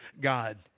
God